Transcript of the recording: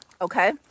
okay